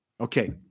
Okay